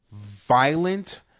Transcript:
violent